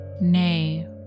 Nay